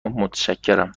متشکرم